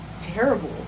terrible